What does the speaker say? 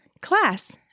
class